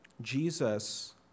Jesus